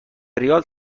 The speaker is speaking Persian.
ریال